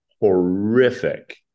horrific